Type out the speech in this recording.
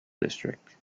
district